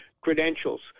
credentials